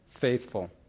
faithful